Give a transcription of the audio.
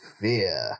Fear